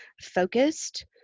focused